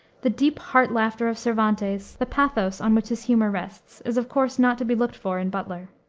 the deep heart-laughter of cervantes, the pathos on which his humor rests, is, of course, not to be looked for in butler.